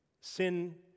Sin